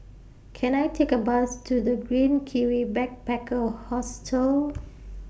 Can I Take A Bus to The Green Kiwi Backpacker Hostel